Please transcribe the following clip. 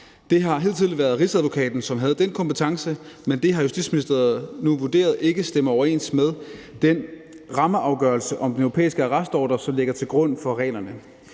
Det har hidtil været Rigsadvokaten, som havde den kompetence, men det har Justitsministeriet nu vurderet ikke stemmer overens med den rammeafgørelse om den europæiske arrestordre, som ligger til grund for reglerne.